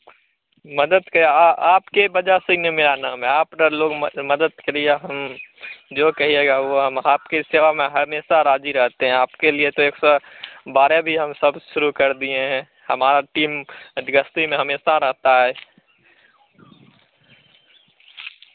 मदद करें आपके वजह से ही ना में मेरा नाम है आप रा मदद करिए हम जो कहिएगा वह हम आपके सेवा में हमेशा राजी रहते हैं आपके लिए तो एक सौ बारह भी हम सब शुरू कर दिए हैं हमारा टीम अत गस्ती में हमेशा रहता है